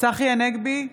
צחי הנגבי,